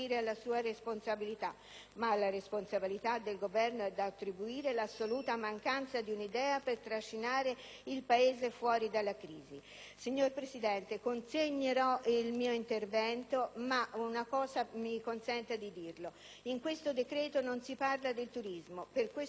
alla responsabilità del Governo è da attribuire l'assoluta mancanza di un'idea per trascinare il Paese fuori dalla crisi. Signora Presidente, consegnerò il testo integrale del mio intervento, ma una cosa mi consenta di dirla ancora. In questo decreto non si parla di turismo. Per questo settore, che è uno dei pochi